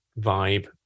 vibe